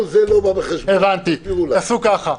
תעשו כך: